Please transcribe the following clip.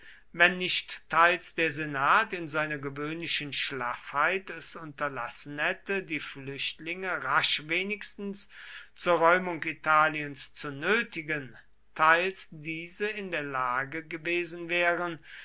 wenn nicht teils der senat in seiner gewöhnlichen schlaffheit es unterlassen hätte die flüchtlinge rasch wenigstens zur räumung italiens zu nötigen teils diese in der lage gewesen wären